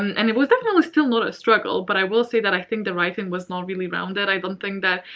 and it was definitely still not a struggle, but i will say that i think the writing was not really rounded i don't think that.